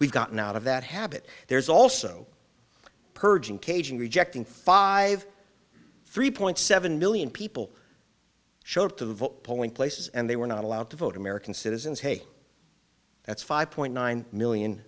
we've gotten out of that habit there's also purging caging rejecting five three point seven million people showed up to vote polling places and they were not allowed to vote american citizens hey that's five point nine million